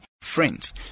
friends